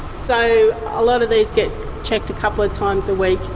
so a lot of these get checked a couple of times a week,